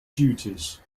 duties